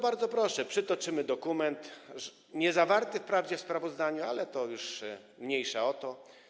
Bardzo proszę, przytoczymy dokument niezawarty wprawdzie w sprawozdaniu, ale to już mniejsza o to.